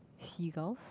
seagulls